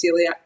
Celiac